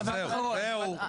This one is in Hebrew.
זהו.